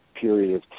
period